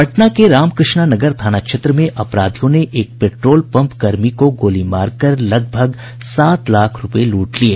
पटना के रामकृष्णा नगर थाना क्षेत्र में अपराधियों ने एक पेट्रोल पंप कर्मी को गोली मारकर लगभग सात लाख रूपये लूट लिये